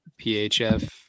PHF